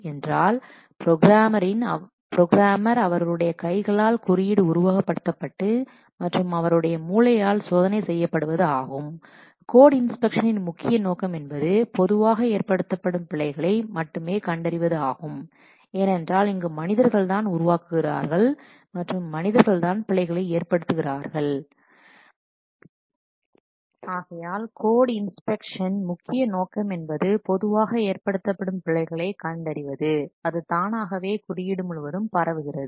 என்றாள் ப்ரோக்ராமர்ஸ் அவர்களுடைய கைகளால் குறியீடு உருவகப் படுத்தப்பட்டு மற்றும் அவர்களுடைய மூளையால் சோதனை செய்யப்படுவதாகும் கோட் இன்ஸ்பெக்ஷனின் முக்கிய நோக்கம் என்பது பொதுவாக ஏற்படுத்தப்படும் பிழைகளை மட்டுமே கண்டறிவது ஆகும் ஏனென்றால் இங்கு மனிதர்கள் தான் உருவாக்குகிறார்கள் மற்றும் மனிதர்கள்தான் பிழைகளை ஏற்படுத்துகிறார்கள் ஆகையால் கோட் இன்ஸ்பெக்ஷன் முக்கிய நோக்கம் என்பது பொதுவாக ஏற்படுத்தப்படும் பிழைகளை கண்டறிவது அது தானாகவே குறியீடு முழுவதும் பரவுகிறது